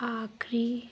ਆਖਰੀ